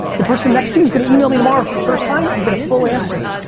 the person next to you's gonna email me tomorrow for the first time and get a full answer.